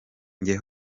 njye